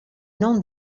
non